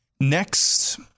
Next